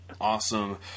Awesome